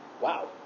Wow